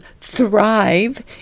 thrive